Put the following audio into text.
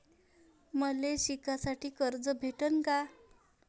मले शिकासाठी कर्ज भेटन का?